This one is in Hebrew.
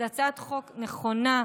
זו הצעת חוק נכונה,